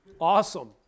Awesome